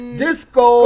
disco